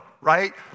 right